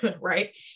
right